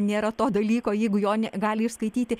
nėra to dalyko jeigu jo negali išskaityti